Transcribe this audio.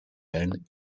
earn